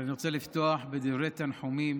אני רוצה לפתוח בדברי תנחומים